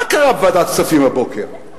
מה קרה בוועדת הכספים הבוקר,